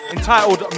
Entitled